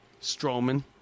Strowman